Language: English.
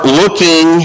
looking